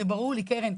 זה ברור לי קרן.